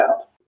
out